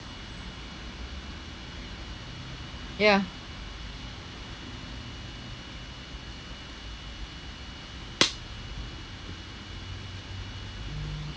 ya